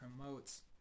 promotes